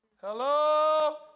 Hello